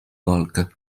walkę